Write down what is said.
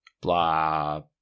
blah